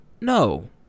No